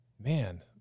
man